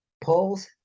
polls